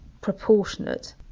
proportionate